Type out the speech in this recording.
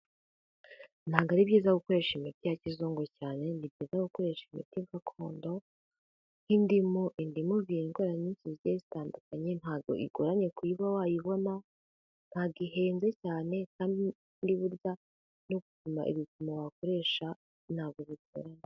Ntabwo ari byiza gukoresha imiti ya kizungu cyane, ni byiza gukoresha imiti gakondo, nk'indimu, indimu ivura indwara nyinshi zigiye zitandukanye, ntago igoranye kuba wayibona, ntabwo ihenze cyane, kandi burya no gupima ibipimo wakoresha ntabwo bigoranye.